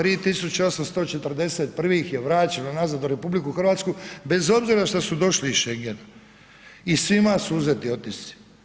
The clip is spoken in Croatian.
3841 je vraćeno nazad u RH bez obzira što su došli iz Schengena i svima su uzeti otisci.